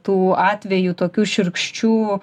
tų atvejų tokių šiurkščių